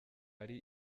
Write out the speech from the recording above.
ari